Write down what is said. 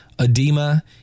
edema